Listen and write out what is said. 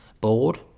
Bored